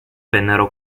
vennero